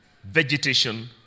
Vegetation